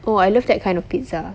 oh I love that kind of pizza